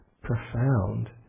profound